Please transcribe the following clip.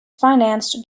financed